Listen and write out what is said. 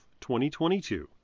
2022